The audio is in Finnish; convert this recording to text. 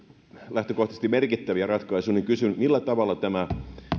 lähtökohtaisesti merkittäviä ratkaisuja niin kysyn millä tavalla tämä